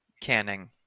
canning